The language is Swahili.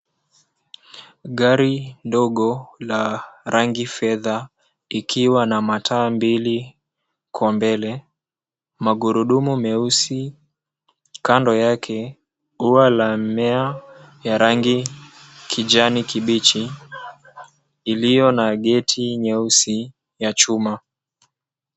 Gari ndogo la rangi fedha, ikiwa na mataa mbili huko mbele, magurudumu meusi. Kando yake, ua la mmea ya rangi kijani kibichi, iliyo na geti nyeusi ya chuma.